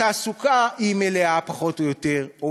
התעסוקה מלאה פחות או יותר.